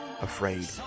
afraid